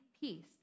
peace